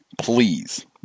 Please